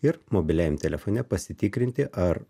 ir mobiliajam telefone pasitikrinti ar